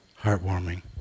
heartwarming